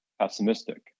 pessimistic